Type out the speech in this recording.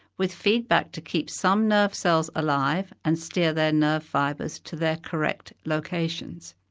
with feedback to keep some nerve cells alive and steer their nerve fibres to their correct locations.